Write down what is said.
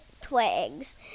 twigs